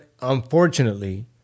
Unfortunately